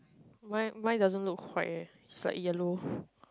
mine mine doesn't look white eh it's like yellow